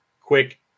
quick